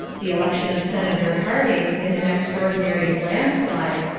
the election of senator harding, in an extraordinary landslide,